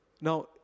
Now